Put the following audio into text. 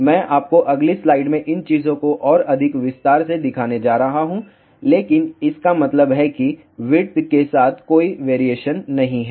मैं आपको अगली स्लाइड में इन चीजों को और अधिक विस्तार से दिखाने जा रहा हूं लेकिन इसका मतलब है कि विड्थ के साथ कोई वेरिएशन नहीं है